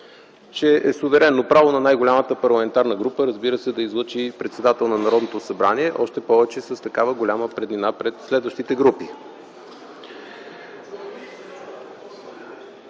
че е суверенно право на най-голямата парламентарна група, разбира се, да излъчи председател на Народното събрание още повече с такава голяма преднина пред следващите групи.